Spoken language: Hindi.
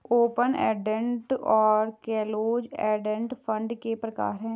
ओपन एंडेड और क्लोज एंडेड फंड के प्रकार हैं